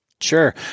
Sure